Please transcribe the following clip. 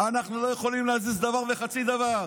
אנחנו לא יכולים להזיז דבר וחצי דבר.